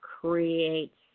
creates